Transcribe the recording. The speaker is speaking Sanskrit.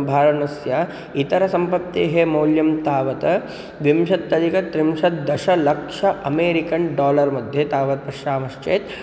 आभरणस्य इतरसम्पत्तेः मौल्यं तावत् विंशत्यधिकत्रिंशत् दशलक्षम् अमेरिकन् डालर् मध्ये तावत् पश्यामश्चेत्